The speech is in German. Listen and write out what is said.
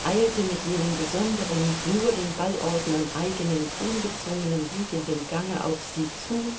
eilte mit jenem besonderen nur den ballordnern eigenen ungezwungenen wiegenden gange auf sie zu